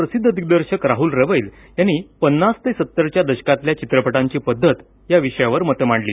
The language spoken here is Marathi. आज प्रसिद्ध दिग्दर्शक राहल रवैल यांनी पन्नास ते सत्तरच्या दशकातल्या चित्रपटांची पद्धत या विषयावर मतं मांडली